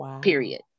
period